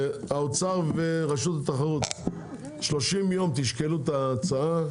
משרד האוצר ורשות התחרות יש לכם כ-30 לשקול את ההצעה,